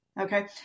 okay